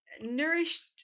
nourished